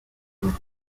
los